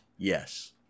Yes